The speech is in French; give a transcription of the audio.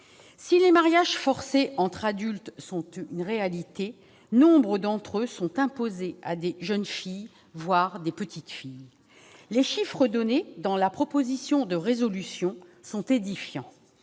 Si les mariages forcés entre adultes sont une réalité, nombre d'entre eux sont imposés à de jeunes filles, voire à de petites filles. Les chiffres mentionnés dans la proposition de résolution sont édifiants.